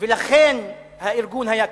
ולכן הארגון היה כזה.